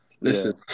Listen